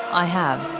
i have.